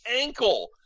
ankle